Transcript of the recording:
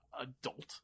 adult